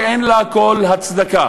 שאין לה כל הצדקה.